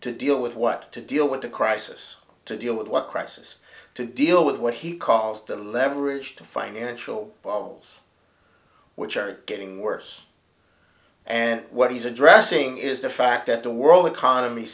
to deal with what to deal with the crisis to deal with what crisis to deal with what he calls the leverage to financial bubbles which are getting worse and what he's addressing is the fact that the world economy